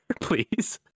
please